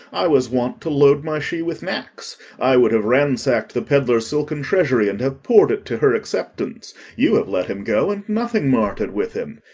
i was wont to load my she with knacks i would have ransack'd the pedlar's silken treasury and have pour'd it to her acceptance you have let him go, and nothing marted with him.